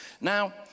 now